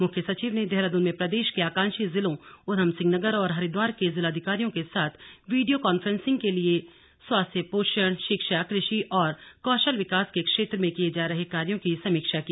मुख्य सचिव ने देहरादून में प्रदेश के आकांक्षी जिलों उधमसिंहनगर और हरिद्वार के जिलाधिकारियों के साथ वीडियो कॉन्फ्रेंसिंग के जरिए स्वास्थ्य पोषण शिक्षा कृषि और कौशल विकास के क्षेत्र में किए जा रहे कार्यों की समीक्षा की